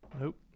Nope